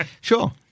Sure